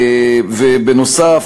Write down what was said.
ובנוסף,